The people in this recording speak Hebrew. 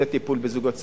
טיפול בזוגות צעירים.